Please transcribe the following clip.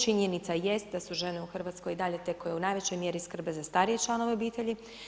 Činjenica jest da su žene u Hrvatskoj i dalje te koje u najvećoj mjeri skrbe za starije članove obitelji.